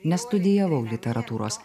nestudijavau literatūros